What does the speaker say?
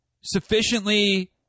sufficiently